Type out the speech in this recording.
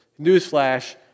newsflash